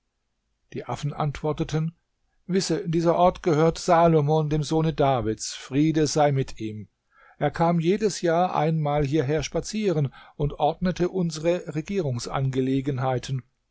die affen antworteten wisse dieser ort gehört salomon dem sohne davids friede sei mit ihm er kam jedes jahr einmal hierher spazieren und ordnete unsere